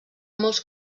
molts